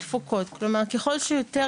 אני מנסה לבנות איזו שהיא מפה,